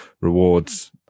rewards